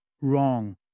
wrong